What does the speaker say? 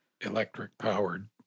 electric-powered